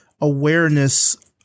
awareness